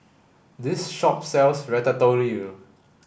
this shop sells Ratatouille